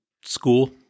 school